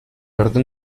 orden